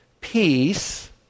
peace